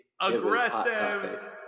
aggressive